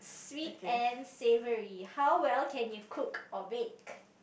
sweet and salivary how well can you cook or bake